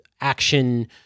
action